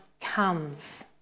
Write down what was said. comes